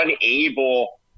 unable